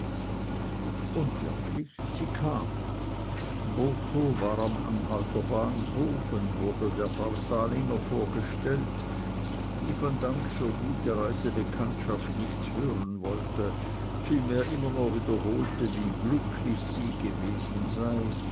und wirklich sie kam botho war am anhalter bahnhof und wurde der frau salinger vorgestellt die von dank für gute reisekameradschaft nichts hören wollte vielmehr immer nur wiederholte wie glücklich sie gewesen sei